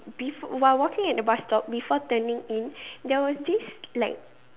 bef~ while walking at the bus stop before turning in there was this like